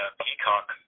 peacock